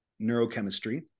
neurochemistry